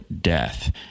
death